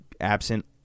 absent